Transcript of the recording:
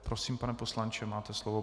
Prosím, pane poslanče, máte slovo.